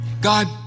God